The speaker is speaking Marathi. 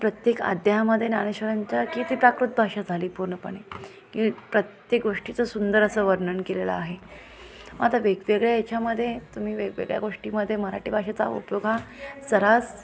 प्रत्येक अध्यायामध्ये ज्ञानेश्वरांच्या की ती प्राकृत भाषा झाली पूर्णपणे की प्रत्ते गोष्टीचं सुंदर असं वर्णन केलेलं आहे आता वेगवेगळ्या याच्यामध्ये तुम्ही वेगवेगळ्या गोष्टींमध्ये मराठी भाषेचा उपयोग हा सर्रास